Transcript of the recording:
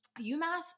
UMass